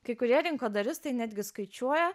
kai kurie rinkodaristai netgi skaičiuoja